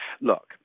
Look